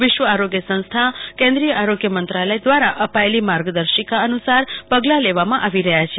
વિશ્વ આરોગ્ય સંસ્થા કેન્દ્રીય આરોગ્ય મંત્રાલય દ્વારા અપાયેલી માર્ગદર્શિકા અનુસાર પગલા લેવાયા છે